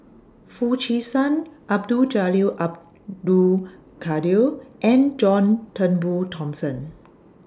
Foo Chee San Abdul Jalil Abdul Kadir and John Turnbull Thomson